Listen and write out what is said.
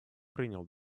принял